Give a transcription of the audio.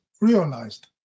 realized